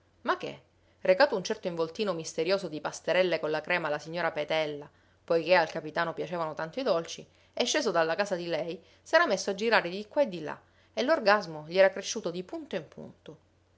ma che recato un certo involtino misterioso di pasterelle con la crema alla signora petella poiché al capitano piacevano tanto i dolci e sceso dalla casa di lei s'era messo a girare di qua e di là e l'orgasmo gli era cresciuto di punto in punto